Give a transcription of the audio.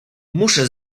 muszę